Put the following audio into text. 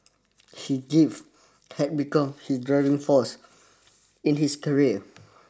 he give had become his driving force in his career